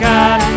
God